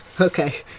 Okay